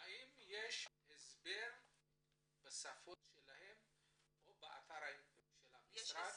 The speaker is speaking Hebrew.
האם יש הסבר בשפות שלהם או באתר של המשרד,